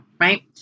right